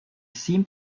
seem